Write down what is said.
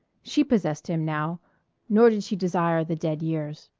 she possessed him now nor did she desire the dead years.